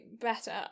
better